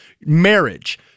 marriage